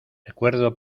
recuerdo